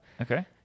okay